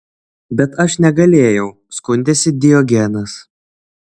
bet aš negalėjau skundėsi diogenas